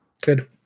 Good